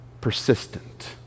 persistent